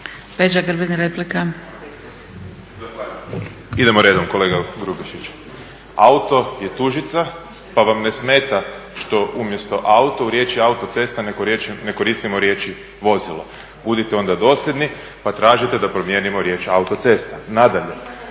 Peđa (SDP)** Zahvaljujem. Idemo redom kolega Grubišić, auto je tuđica pa vam ne smeta što umjesto auto u riječi autocesta nego koristimo riječi vozilo. Budite onda dosljedni pa tražite da promijenimo riječ autocesta. Nadalje,